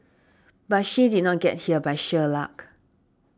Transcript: but she did not get here by sheer luck